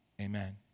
Amen